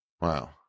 Wow